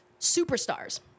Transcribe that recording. superstars